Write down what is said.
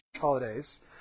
holidays